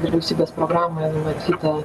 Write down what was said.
vyriausybės programoje numatyta